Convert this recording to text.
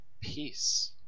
peace